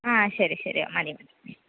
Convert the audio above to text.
ആ ശരി ശരി മതി മതി